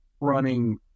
running